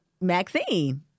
Maxine